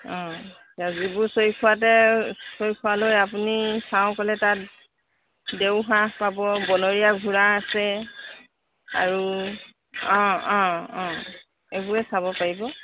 আও ডিব্ৰু চৈখোৱাতে চৈখোৱালৈ আপুনি চাওঁ ক'লে তাত দেওহাঁহ পাব বনৰীয়া ঘোঁৰা আছে আৰু অঁ অঁ অঁ এইবোৰে চাব পাৰিব